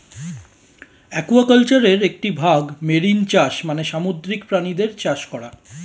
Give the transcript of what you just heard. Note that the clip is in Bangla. অ্যাকুয়াকালচারের একটি ভাগ মেরিন চাষ মানে সামুদ্রিক প্রাণীদের চাষ করা